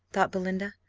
thought belinda,